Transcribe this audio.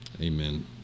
Amen